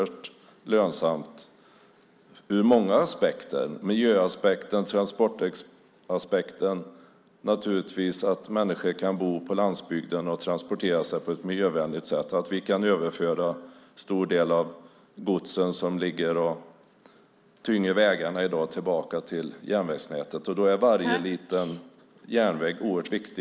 Det blir lönsamt ur många aspekter - miljöaspekten och transportaspekten. Människor kan bo på landsbygden och transportera sig på ett miljövänligt sätt. Vi kan överföra en stor del av det gods som i dag tynger vägarna tillbaka till järnvägsnätet. Då är varje liten järnväg oerhört viktig.